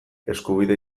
eskubidea